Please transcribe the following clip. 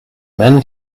men